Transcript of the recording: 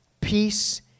peace